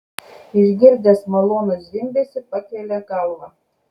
išgirdęs malonų zvimbesį pakelia galvą